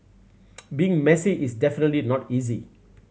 being messy is definitely not easy